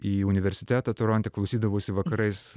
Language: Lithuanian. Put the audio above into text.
į universitetą toronte klausydavausi vakarais